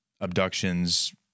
abductions